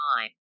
time